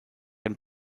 and